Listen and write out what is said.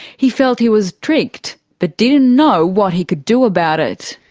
he felt he was tricked, but didn't know what he could do about it.